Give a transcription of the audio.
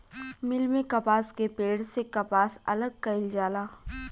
मिल में कपास के पेड़ से कपास अलग कईल जाला